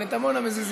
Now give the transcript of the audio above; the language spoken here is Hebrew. אבל את עמונה מזיזים.